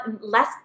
less